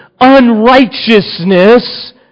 unrighteousness